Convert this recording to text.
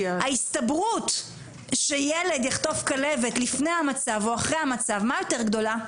ההסתברות שילד יחטוף כלבת לפני המצב או אחרי המצב - מה יותר גדולה?